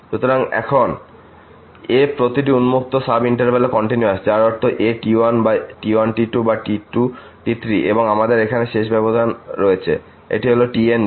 সুতরাং এখন f প্রতিটি উন্মুক্ত সাব ইন্টারভ্যালে কন্টিনিউয়াস যার অর্থ at1 বা t1t2 বা t2t3 এবং আমাদের এখানে শেষ ব্যবধান রয়েছে এটি হল tn b